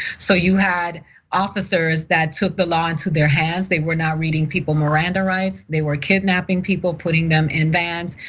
so you had officers that took the law into their hands, they were not reading people miranda rights. they were kidnapping people putting them in bands,